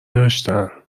داشتن